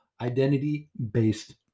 identity-based